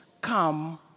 come